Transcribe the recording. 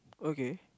okay